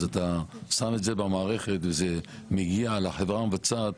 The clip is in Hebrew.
אתה שם את זה במערכת וזה מגיע לחברה המבצעת,